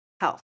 health